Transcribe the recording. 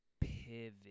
pivot